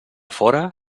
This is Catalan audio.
fora